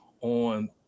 on